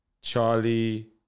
Charlie